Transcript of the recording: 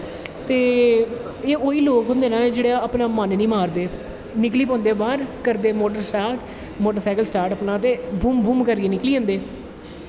ते एह् एह् ही लोग होंदे जेह्ड़े अपनां मन नी मारदे निकली पौंदे बाह्र करदे मोटरसैकल स्टार्ट मोटरसैकल अपनां ते बुंम बुंम करियै निकली जंदे